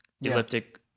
elliptic